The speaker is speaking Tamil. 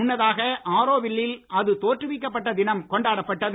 முன்னதாக ஆரோவில்லில் அது தோற்றுவிக்கப்பட்ட தினம் கொண்டாடப்பட்டது